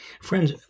Friends